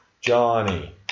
Johnny